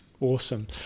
awesome